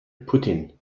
putin